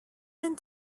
than